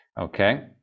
okay